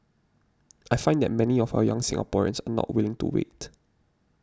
I find that many of our young Singaporeans are not willing to wait